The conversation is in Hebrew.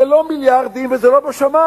זה לא מיליארדים וזה לא בשמים.